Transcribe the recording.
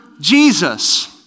Jesus